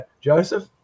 Joseph